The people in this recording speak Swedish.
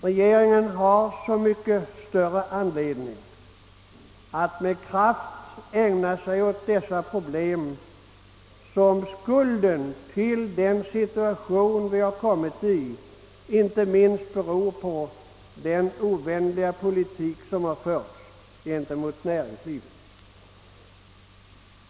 Regeringen har så mycket större anledning att med kraft ägna sig åt dessa frågor som skulden till den situation vi har hamnat i inte minst ligger i den ovänliga politik som har förts gentemot näringslivet.